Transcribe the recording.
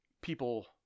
people